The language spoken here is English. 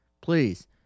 please